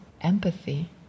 empathy